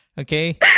Okay